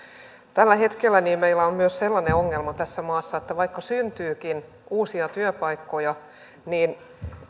tällä hetkellä meillä on myös sellainen ongelma tässä maassa että vaikka syntyykin uusia työpaikkoja